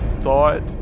thought